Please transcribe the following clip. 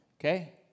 okay